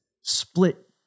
split